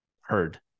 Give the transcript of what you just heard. heard